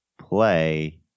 play